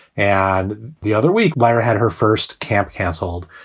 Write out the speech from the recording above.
and the other week, blair had her first camp canceled,